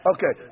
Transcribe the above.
Okay